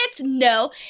No